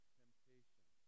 temptation